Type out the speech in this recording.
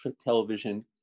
television